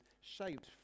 shaped